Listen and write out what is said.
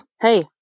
Hey